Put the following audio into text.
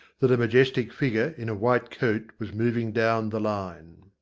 that a majestic figure in a white coat was moving down the line.